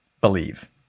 believe